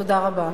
תודה רבה.